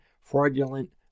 fraudulent